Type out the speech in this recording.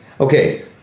Okay